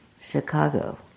Chicago